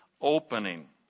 opening